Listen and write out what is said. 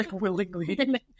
willingly